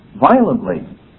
violently